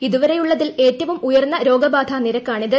ഇതുവരെയുള്ളതിൽ ഏറ്റവും ഉയർന്ന രോഗബാധാ നിരക്കാണിത്